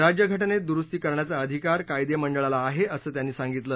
राज्यघ ज्ञेत दुरुस्ती करण्याचा अधिकार कायदेमंडळाला आहे असं त्यांनी सांगितलं